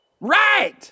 Right